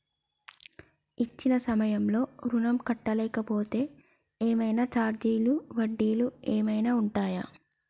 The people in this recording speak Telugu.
ఇచ్చిన సమయంలో ఋణం కట్టలేకపోతే ఏమైనా ఛార్జీలు వడ్డీలు ఏమైనా ఉంటయా?